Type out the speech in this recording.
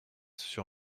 sur